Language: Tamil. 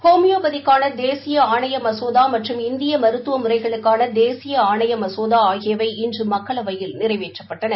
ஹோமியோபதிக்கான தேசிய ஆணைய மசோதா மற்றம் இந்திய மருத்துவ முறைகளுக்கான தேசிய ஆணைய மசோதா ஆகியவை இன்று மக்களவையில் நிறைவேற்றப்பட்டன